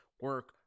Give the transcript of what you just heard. Work